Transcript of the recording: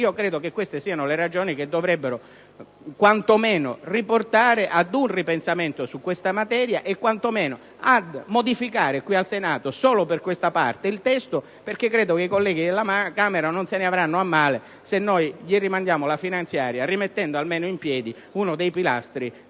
Credo che queste siano le ragioni che dovrebbero quanto meno riportare ad un ripensamento su questa materia e a modificare qui al Senato il testo solo per questa parte: i colleghi della Camera non se ne avranno a male se rimanderemo loro la finanziaria rimettendo almeno in piedi uno dei pilastri